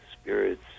spirits